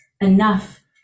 enough